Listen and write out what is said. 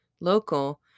local